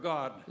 God